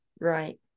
Right